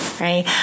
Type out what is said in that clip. right